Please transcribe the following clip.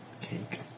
Cake